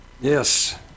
Yes